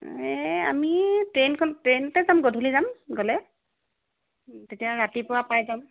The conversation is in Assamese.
এই আমি ট্ৰেইনখনত ট্ৰেইনতে যাম গধূলি যাম গ'লে তেতিয়া ৰাতিপুৱা পাই যাম